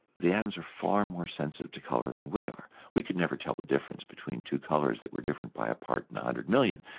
the atoms are far more sensitive to colour than we are. we could never tell the difference between two colours that were different by a part in one ah hundred million,